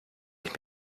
ich